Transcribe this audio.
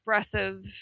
expressive –